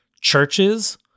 churches